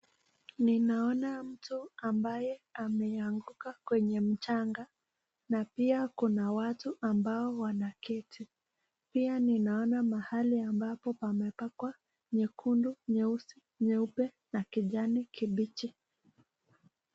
Ninaona mtu ambaye ameanguka kwenye mchanga na pia kuna watu ambao wanaketi. Pia ninaona mahali ambapo pamepakwa nyekundu, nyeusi, nyeupe na kijani kibichi.